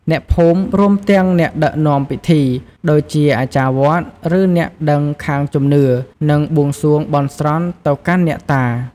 អ្នកភូមិ រួមទាំងអ្នកដឹកនាំពិធី ដូចជាអាចារ្យវត្ត ឬអ្នកដឹងខាងជំនឿ នឹងបួងសួងបន់ស្រន់ទៅកាន់អ្នកតា។